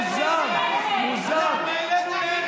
מוזר, מוזר, אנחנו העלינו לכם.